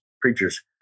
preachers